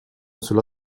sulla